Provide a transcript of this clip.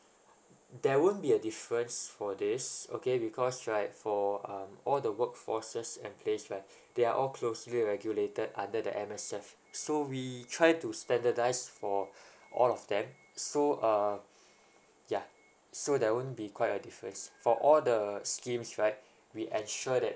there won't be a difference for this okay because right for um all the work forces and place right they are all closely regulated under the M_S_F so we try to standardise for all of them so uh yeah so there won't be quite a difference for all the schemes right we ensure that